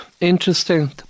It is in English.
interesting